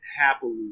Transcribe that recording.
happily